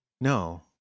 No